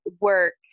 work